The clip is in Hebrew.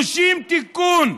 30 תיקונים.